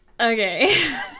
Okay